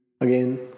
again